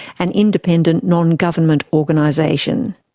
an independent, non-government organisation.